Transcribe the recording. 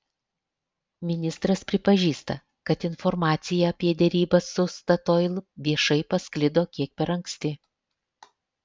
ministras pripažįsta kad informacija apie derybas su statoil viešai pasklido kiek per anksti